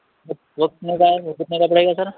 کتنے کا ہے یہ کتنے کا پڑے گا سر